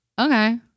Okay